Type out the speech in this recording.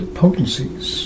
potencies